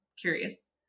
curious